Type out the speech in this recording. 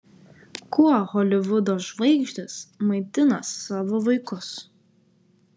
kuo holivudo žvaigždės maitina savo vaikus